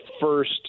first